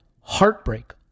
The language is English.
heartbreak